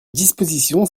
dispositions